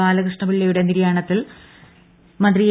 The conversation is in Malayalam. ബാലകൃഷ്ണപിള്ളയുടെ നിര്യാണത്തിൽ മന്ത്രി എ